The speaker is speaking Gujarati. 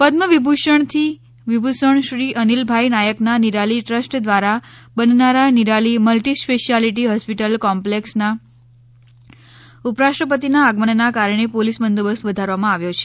પદ્મ વિભૂષણ શ્રી અનિલભાઇ નાયકના નિરાલી ટ્રસ્ટ દ્વારા બનનારા નિરાલી મલ્ટીસ્પેશ્યાલીટી હોસ્પિટલ કોમ્પલેક્ષના ઉપરાષ્ટ્રપતિના આગમનના કારણે પોલીસ બંદોબસ્ત વધારવામાં આવ્યો છે